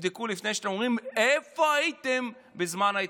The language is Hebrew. תבדקו את זה לפני שאתם אומרים: איפה הייתם בזמן ההתנתקות?